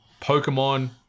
Pokemon